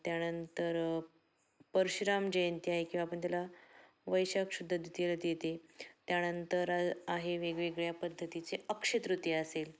त्यानंतर परशुराम जयंती आहे किंवा आपण त्याला वैशाख शुद्ध द्वितीयेला ती येते त्यानंतर आहे वेगवेगळ्या पद्धतीचे अक्षयतृतीया असेल